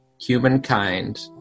humankind